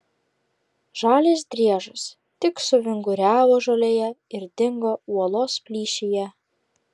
žalias driežas tik suvinguriavo žolėje ir dingo uolos plyšyje